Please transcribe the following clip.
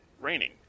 Raining